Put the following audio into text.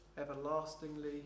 everlastingly